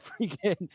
freaking